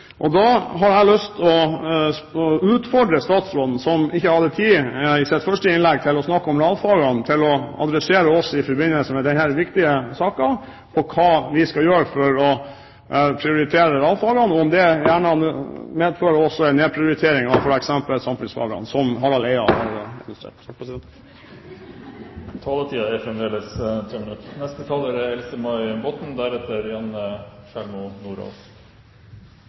Norge. Da har jeg lyst til å utfordre statsråden, som ikke hadde tid i sitt første innlegg til å snakke om realfagene, til å adressere oss i forbindelse med denne viktige saken, med hensyn til hva vi skal gjøre for å prioritere realfagene , og om det medfører også en nedprioritering av f.eks. samfunnsfagene, som Harald Eia har illustrert Taletiden er fremdeles 3 minutter! Jeg er